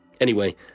Anyway